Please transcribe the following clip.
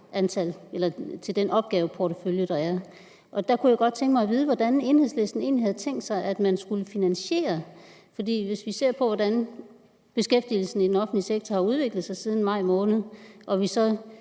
til den opgaveportefølje, der er. Der kunne jeg godt tænke mig at vide, hvordan Enhedslisten egentlig havde tænkt sig, at man skulle finansiere det. For hvis vi ser på, hvordan beskæftigelsen i den offentlige sektor har udviklet sig siden maj måned og vi